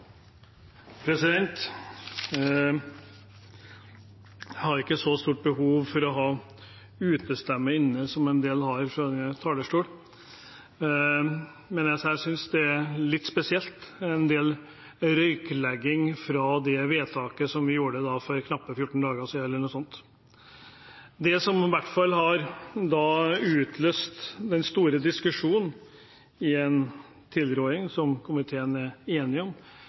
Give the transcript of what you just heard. har ikke så stort behov for å ha utestemme inne som en del har fra denne talerstol, men jeg synes det er litt spesielt at det er en del røyklegging av det vedtaket som vi gjorde for knappe 14 dager siden eller noe sånt. Det har da utløst den store diskusjonen, i en tilråding som komiteen er enig om,